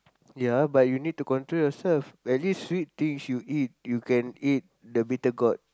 ya but you need to control yourself as least sweet things you eat you can eat the bittergourd